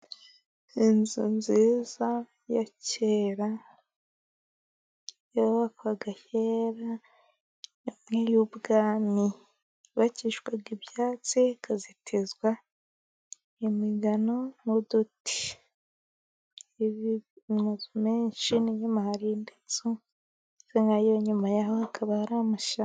Inzu nziza ya kera yubakwaga ahera imwe y'ubwami yubakishwaga ibyatsi ,ikazitizwa imigano n'uduti. Amazu menshi n'inyuma hari indi nzu noneho nyuma ya ho hakaba hari amashyamba.